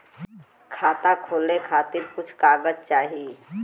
खाता खोले के खातिर कुछ कागज चाही?